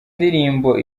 ndirimbo